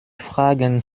fragen